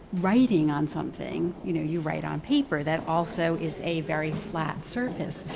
writing on something, you know, you write on paper, that also is a very flat surface.